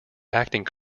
acting